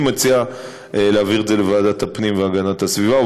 אני מציע להעביר את זה לוועדת הפנים והגנת הסביבה,